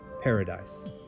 paradise